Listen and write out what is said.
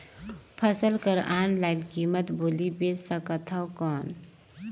फसल कर ऑनलाइन कीमत बोली बेच सकथव कौन?